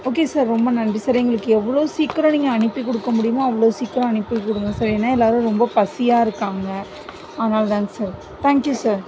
okay sir ரொம்ப நன்றி sir எங்களுக்கு எவ்வளோ சீக்கிரம் நீங்கள் அனுப்பி கொடுக்க முடியுமோ அவ்வளோ சீக்கிரம் அனுப்பிக்கொடுங்க சார் ஏன்னா எல்லாரும் ரொம்ப பசியாக இருக்காங்கள் அதனால்தாங்க சார் தேங்க்யூ சார்